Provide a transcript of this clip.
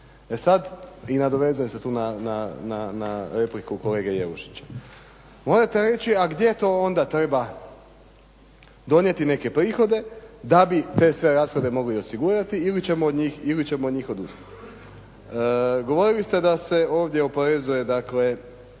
E sad i nadovezujem se tu na repliku kolege Jelušića, morate reći a gdje to onda treba donijeti neke prihode da bi te sve rashode mogli osigurati ili ćemo od njih odustati. Govorili ste da se ovdje oporezuje dakle